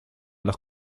los